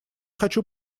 хочу